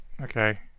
Okay